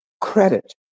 credit